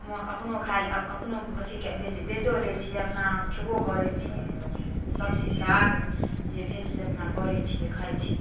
अपनो खाइलए अपनो अथी बेचि बेचिओ लै छी अपना खेबो करै छिए सब्जी साग जे भेल से अपना करै छिए खाइ छिए